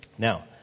Now